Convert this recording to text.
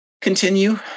continue